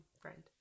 friend